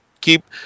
keep